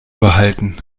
behalten